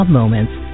Moments